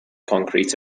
concrete